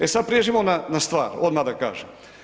E sad pređimo na stvar odmah da kažem.